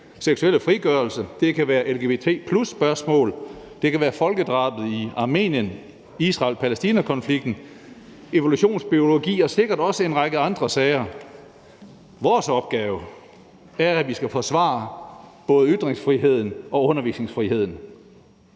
seksuelle frigørelse, det kan være lgbt+-spørgsmål, det kan være folkedrabet i Armenien, Israel-Palæstina-konflikten, evolutionsbiologi og sikkert også en række andre sager. Vores opgave er, at vi skal forsvare både ytringsfriheden og undervisningsfriheden.